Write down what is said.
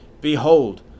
Behold